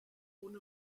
one